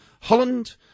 Holland